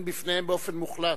להתגונן בפניהם באופן מוחלט.